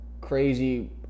crazy